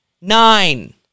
Nine